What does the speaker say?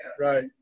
right